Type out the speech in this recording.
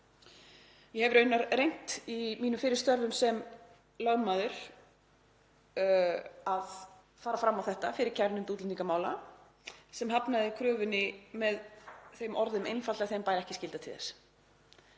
Ég hef raunar reynt í mínum fyrri störfum sem lögmaður að fara fram á þetta fyrir kærunefnd útlendingamála sem hafnaði kröfunni með þeim orðum einfaldlega að þeim bæri ekki skylda til þess.